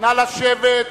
נא לשבת.